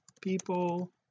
people